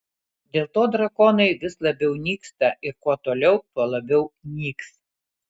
dėl to drakonai vis labiau nyksta ir kuo toliau tuo labiau nyks